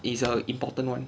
it's a important [one]